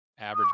average